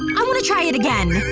i want to try it again!